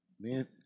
Man